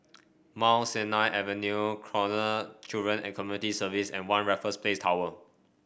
Mount Sinai Avenue Canossaville Children and Community Service and One Raffles Place Tower